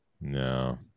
no